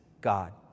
God